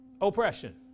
oppression